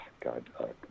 God